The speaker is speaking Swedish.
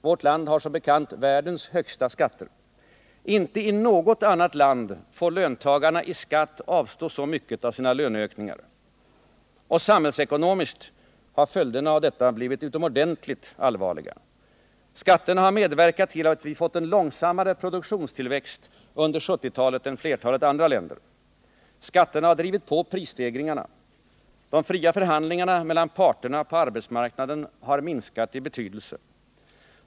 Vårt land har som bekant världens högsta skatter. Inte i något annat land får löntagarna i skatt avstå så mycket av sina löneökningar. Samhällsekonomiskt har följderna av detta blivit utomordentligt allvarliga. Skatterna har medverkat till att vi fått en långsammare produktionstillväxt under 1970-talet än flertalet andra länder. Skatterna har drivit på prisstegringarna. De fria förhandlingarna mellan parterna på arbetsmarknaden har minskat i betydelse.